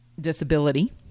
disability